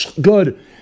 good